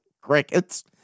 Crickets